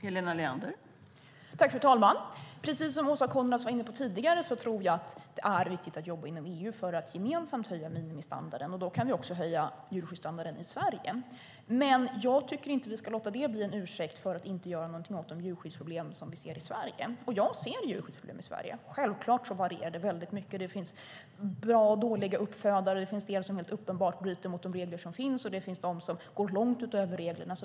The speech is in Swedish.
Fru talman! Som Åsa Coenraads var inne på tror jag att det är riktigt att jobba inom EU för att gemensamt höja minimistandarden. Då kan vi även höja djurskyddsstandarden i Sverige. Men jag tycker inte att vi ska låta det bli en ursäkt för att inte göra någonting åt de djurskyddsproblem som finns hos oss. Jag ser djurskyddsproblem i Sverige. Självklart varierar det mycket. Det finns bra och dåliga uppfödare. Det finns de som helt uppenbart bryter mot de regler som finns. Det finns de som går långt utöver reglerna.